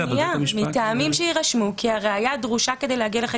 אבל בית המשפט ------ "מטעמים שיירשמו,